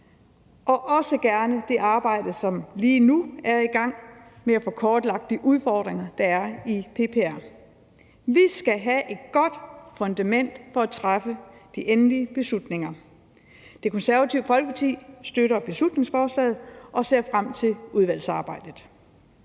også gerne til det arbejde, som lige nu er i gang, med at få kortlagt de udfordringer, der er i PPR. Vi skal have et godt fundament for at træffe de endelige beslutninger. Det Konservative Folkeparti støtter beslutningsforslaget og ser frem til udvalgsarbejdet.